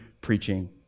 preaching